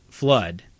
Flood